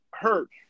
hurt